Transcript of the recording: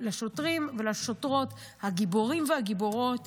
לשוטרים ולשוטרות הגיבורים והגיבורות